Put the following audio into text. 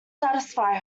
satisfy